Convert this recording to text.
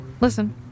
Listen